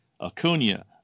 Acuna